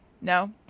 No